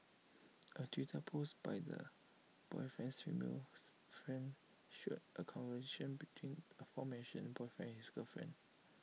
A Twitter post by the boyfriend's female friend show A a conversation between aforementioned boyfriend and his girlfriend